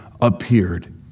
appeared